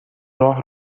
راه